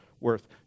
worth